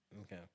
okay